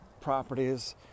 properties